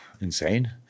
insane